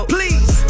Please